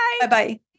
Bye-bye